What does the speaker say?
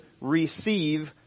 Receive